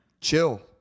Chill